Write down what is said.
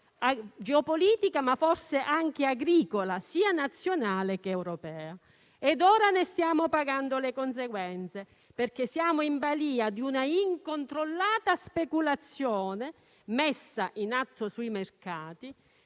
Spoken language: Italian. politica agricola, sia nazionale che europea, ed ora ne stiamo pagando le conseguenze. Siamo infatti in balia di una incontrollata speculazione messa in atto sui mercati,